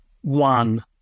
one